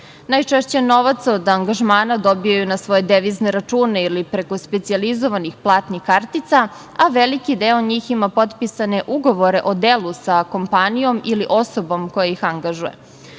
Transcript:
Najčešće novac od angažmana dobijaju na svoje devizne račune ili preko specijalizovanih platnih kartica, a veliki deo njih ima potpisane ugovore o delu sa kompanijom ili osobom koja ih angažuje.